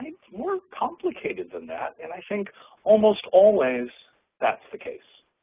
it's more complicated than that, and i think almost always that's the case.